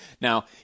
Now